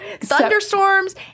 thunderstorms